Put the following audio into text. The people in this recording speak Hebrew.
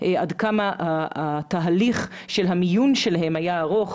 עד כמה התהליך של המיון שלהם היה ארוך.